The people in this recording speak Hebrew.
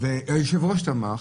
והיושב-ראש תמך,